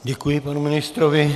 Děkuji panu ministrovi.